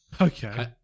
Okay